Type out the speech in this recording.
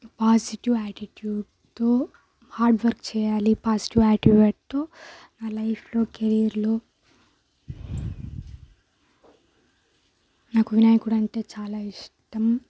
positive ఆటిట్యూడ్తో hard work చేయాలి positive ఆటిట్యూడ్తో నా లైఫ్లో కెరియర్లో నాకు వినాయకుడు అంటే చాలా ఇష్టం